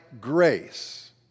grace